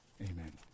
Amen